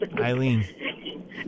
eileen